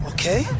Okay